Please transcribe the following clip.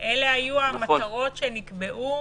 אלה היו המטרות שנקבעו